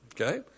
okay